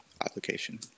application